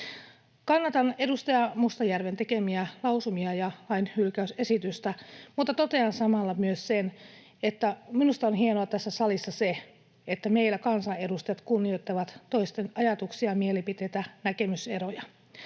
Kannatan edustaja Mustajärven tekemiä lausumia ja lain hylkäysesitystä, mutta totean samalla myös sen, että minusta on hienoa tässä salissa se, että meillä kansaedustajat kunnioittavat toisten ajatuksia, mielipiteitä, näkemyseroja.